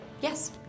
Yes